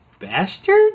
bastard